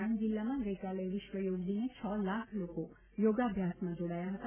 આણંદ જિલ્લામાં ગઇકાલે વિશ્વ યોગ દિને છ લાખ લોકો યોગાભ્યાસમાં જોડાયા હતા